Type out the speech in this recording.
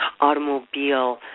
automobile